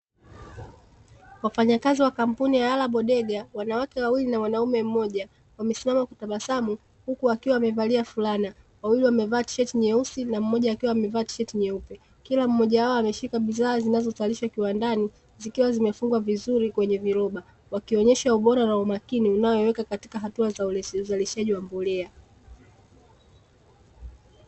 Wafanyakazi wa kampuni ya alabodega wanawake wawili na wanaume mmoja wamesimama kutabasamu huku wakiwa wamevalia fulana wawili wamevaa tisheti nyeusi na mmoja akiwa amevaa tishiati nyeupe, kila mmoja wao ameshika bidhaa zinazozalishwa kiwandani zikiwa zimefungwa vizuri kwenye viroba wakionyesha ubora wa umakini unaoiweka katika hatua za ulezi uzalishaji wa mbolea.